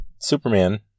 Superman